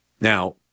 Now